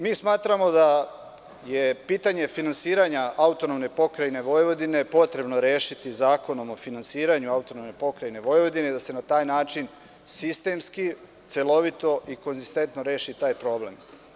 Mi smatramo da je pitanje finansiranja AP Vojvodine potrebno rešiti Zakonom o finansiranju AP Vojvodine i da se na taj način sistemski, celovito, i konzistentno reši taj problem.